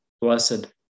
Blessed